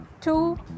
Two